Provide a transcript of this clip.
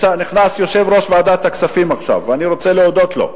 נכנס יושב-ראש ועדת הכספים עכשיו ואני רוצה להודות לו,